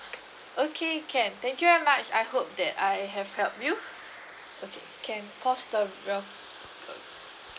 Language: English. okay can thank you very much I hope that I have help you okay can pause the